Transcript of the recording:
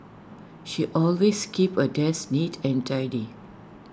she always keeps her desk neat and tidy